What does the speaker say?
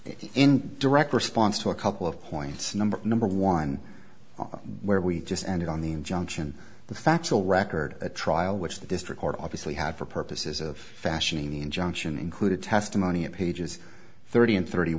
in direct response to a couple of points number number one where we just ended on the injunction the factual record a trial which the district court obviously had for purposes of fashioning the injunction included testimony of pages thirty and thirty